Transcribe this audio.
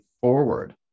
forward